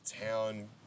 town